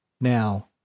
Now